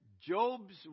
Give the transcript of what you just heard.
Job's